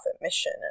mission